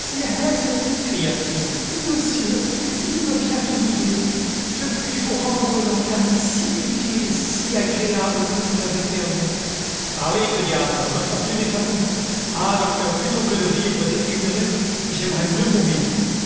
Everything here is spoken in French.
cria-t-il monsieur il me vient une idée je puis vous rendre l'organe si utile et si agréable que vous avez perdu parlez que diable ma fortune est à vous content from google book search generated at docteur plutôt que de vivre défiguré j'aimerais mieux mourir